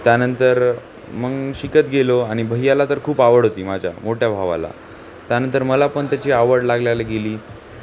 त्यानंतर मग शिकत गेलो आणि भय्याला तर खूप आवड होती माझ्या मोठ्या भावाला त्यानंतर मला पण त्याची आवड लागल्याला गेली